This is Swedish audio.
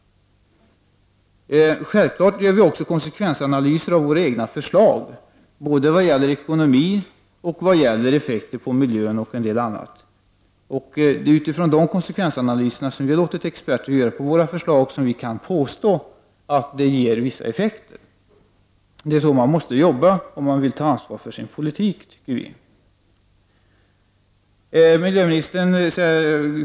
Självfallet gör vi också konsekvensanalyser av våra egna förslag vad gäller ekonomi, effekter på miljön etc. Det är utifrån de konsekvensanalyser av våra förslag som vi har låtit experter göra som vi påstår att sådana här åtgärder kan ge vissa effekter. Vi tycker att det är så man måste jobba om man tar ansvar för sin politik.